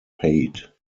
paid